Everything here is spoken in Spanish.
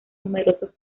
numerosos